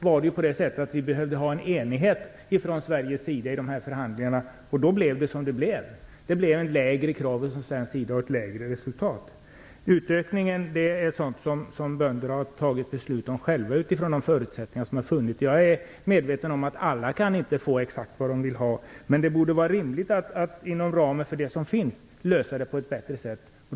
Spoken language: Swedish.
Vi behövde ha en enighet från Sveriges sida i förhandlingarna, och då blev det som det blev. Det blev ett lägre krav från svensk sida och ett lägre resultat. Utökningen av produktionen är något som bönderna har beslutat om själva utifrån de förutsättningar som har funnits. Jag är medveten om att alla inte kan få exakt vad de vill ha. Men det borde vara rimligt att lösa det på ett bättre sätt inom ramen för den kvot som finns.